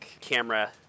camera